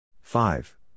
Five